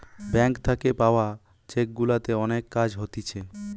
bank থাকে পাওয়া cheque গুলাতে অনেক কাজ হতিছে